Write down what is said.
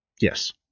Yes